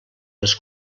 les